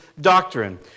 doctrine